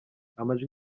amajwi